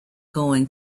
going